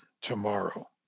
tomorrow